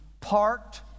parked